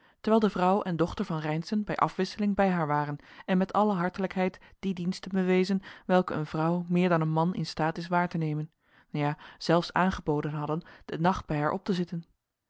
terwijl de vrouw en dochter van reynszen bij afwisseling bij haar waren en met alle hartelijkheid die diensten bewezen welke een vrouw meer dan een man in staat is waar te nemen ja zelfs aangeboden hadden den nacht bij haar op te zitten